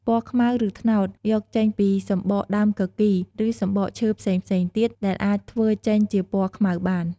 ពណ៌ខ្មៅ ឬត្នោត យកចេញពី សម្រកដើមគគីរ ឬសំបកឈើរផ្សេងៗទៀតដែលអាចធ្វើចេញជាពណ៌ខ្មៅ បាន។